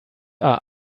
are